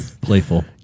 playful